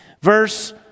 Verse